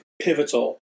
pivotal